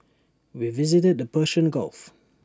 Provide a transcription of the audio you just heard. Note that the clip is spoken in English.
we visited the Persian gulf